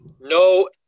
no